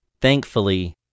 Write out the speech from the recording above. Thankfully